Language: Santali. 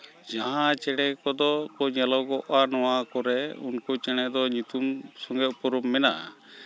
ᱡᱟᱦᱟᱸ ᱪᱮᱬᱮ ᱠᱚᱫᱚ ᱠᱚ ᱧᱮᱞᱚᱜᱚᱜᱼᱟ ᱱᱚᱣᱟ ᱠᱚᱨᱮᱜ ᱩᱱᱠᱩ ᱪᱮᱬᱮ ᱫᱚ ᱧᱩᱛᱩᱢ ᱥᱚᱝᱜᱮ ᱩᱯᱨᱩᱢ ᱢᱮᱱᱟᱜᱼᱟ